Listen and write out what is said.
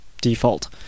default